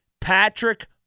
Patrick